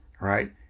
right